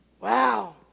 Wow